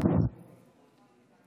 אני אשיב